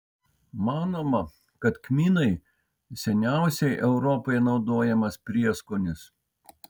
manoma kad kmynai seniausiai europoje naudojamas prieskonis